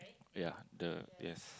ya the yes